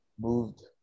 moved